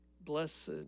Blessed